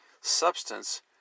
substance